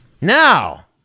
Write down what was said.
now